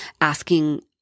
asking